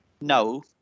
No